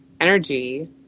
energy